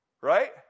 right